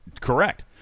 Correct